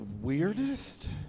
weirdest